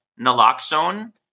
naloxone